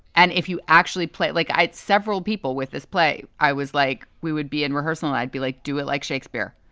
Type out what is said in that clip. and if you actually play like several people with this play, i was like, we would be in rehearsal, i'd be like, do it like shakespeare,